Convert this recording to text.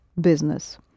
business